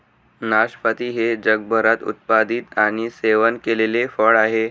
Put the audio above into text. नाशपाती हे जगभरात उत्पादित आणि सेवन केलेले फळ आहे